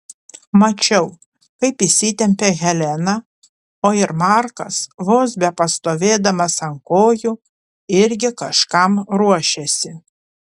mačiau kaip įsitempė helena o ir markas vos bepastovėdamas ant kojų irgi kažkam ruošėsi